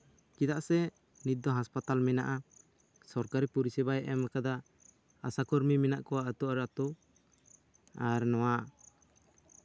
ᱪᱮᱫᱟᱜ ᱥᱮ ᱱᱤᱛ ᱫᱚ ᱦᱟᱸᱥᱯᱟᱛᱟᱞ ᱢᱮᱱᱟᱜᱼᱟ ᱥᱚᱨᱠᱟᱨᱤ ᱯᱚᱨᱤᱥᱮᱵᱟᱭ ᱮᱢ ᱟᱠᱟᱫᱟ ᱟᱥᱟ ᱠᱚᱨᱢᱤ ᱢᱮᱱᱟᱜ ᱠᱚᱣᱟ ᱟᱹᱛᱩ ᱟᱨ ᱟᱹᱛᱩ ᱟᱨ ᱱᱚᱶᱟ